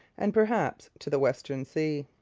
and perhaps to the western sea.